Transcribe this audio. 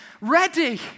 ready